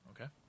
okay